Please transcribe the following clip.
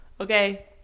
okay